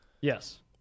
Yes